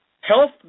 Health